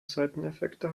seiteneffekte